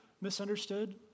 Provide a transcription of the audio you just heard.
misunderstood